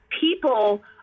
people